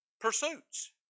pursuits